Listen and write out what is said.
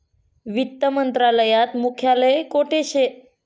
वित्त मंत्रालयात मुख्यालय कोठे शे